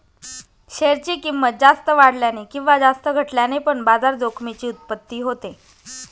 share ची किंमत जास्त वाढल्याने किंवा जास्त घटल्याने पण बाजार जोखमीची उत्पत्ती होते